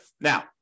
Now